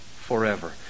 forever